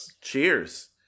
Cheers